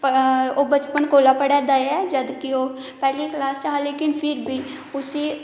ओह् बचपन कोला पढ़ै दे ऐ जदूं कि ओह् पैह्ली क्लास च हे लेकिन फिर बी उसी